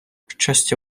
щастя